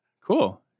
Cool